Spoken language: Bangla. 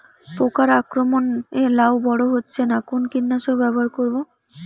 পোকার আক্রমণ এ লাউ বড় হচ্ছে না কোন কীটনাশক ব্যবহার করব?